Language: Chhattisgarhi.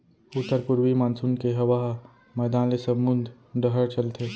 उत्तर पूरवी मानसून के हवा ह मैदान ले समुंद डहर चलथे